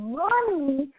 money